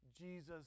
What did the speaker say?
Jesus